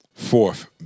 Fourth